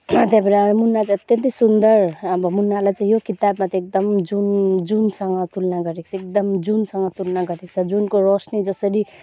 त्यहाँबाट मुना चाहिँ अत्यन्तै सुन्दर अब मुनालाई चाहिँ यो किताबमा चाहिँ एकदम जुन जुनसँग तुलना गरेको छ एकदम जुनसँग तुलना गरेको छ जुनको रोसनी जसरी